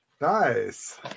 nice